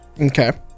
Okay